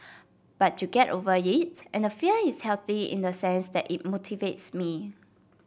but you get over it and the fear is healthy in the sense that it motivates me